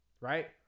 Right